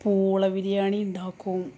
പോള ബിരിയാണി ഉണ്ടാക്കും